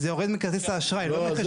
זה יורד מכרטיס האשראי, לא מהחשבון.